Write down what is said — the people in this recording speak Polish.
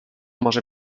może